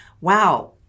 wow